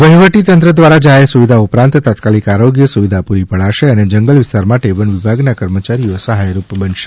વહીવટીતંત્ર દ્વારા જાહેર સુવિધા ઉપરાંત તાત્કાલિક આરોગ્ય સુવિધા પૂરી પડાશે અને જંગલ વિસ્તાર માટે વન વિભાગના કર્મચારીઓ સહાયરૂપ બનશે